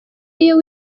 iyo